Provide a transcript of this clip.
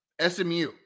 SMU